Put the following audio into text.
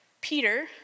Peter